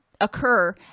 occur